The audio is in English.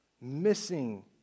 Missing